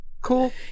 cool